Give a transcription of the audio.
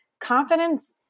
confidence